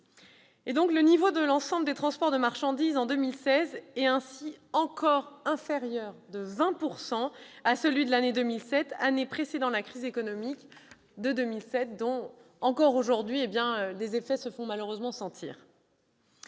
Le niveau de l'ensemble des transports de marchandises en 2016 était ainsi encore inférieur de 20 % à celui de l'année 2007, année précédant la crise économique, dont les effets se font encore malheureusement sentir.